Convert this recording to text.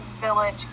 Village